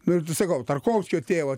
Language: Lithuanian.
nu ir t sakau tarkovskio tie vat